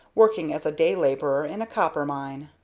working as a day-laborer in a copper-mine.